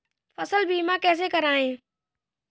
फसल बीमा कैसे कराएँ?